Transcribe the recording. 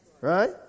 Right